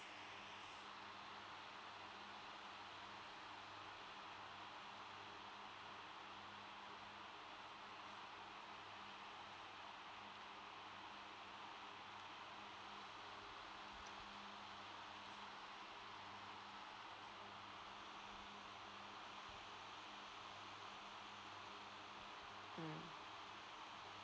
mm